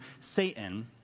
Satan